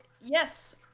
Yes